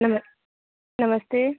नमस नमस्ते